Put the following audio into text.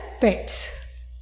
pets